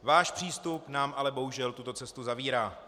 Váš přístup nám ale bohužel tuto cestu zavírá.